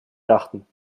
dachten